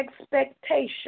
expectation